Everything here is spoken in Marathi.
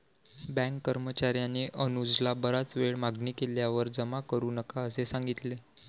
बँक कर्मचार्याने अनुजला बराच वेळ मागणी केल्यावर जमा करू नका असे सांगितले